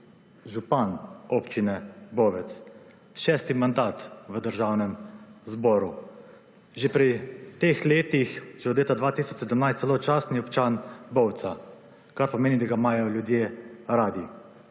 župan občine Bovec, šesti mandat v Državnem zboru. Že pri teh letih, že od leta 2017 celo častni občan Bovca, kar pomeni, da ga imajo ljudje radi.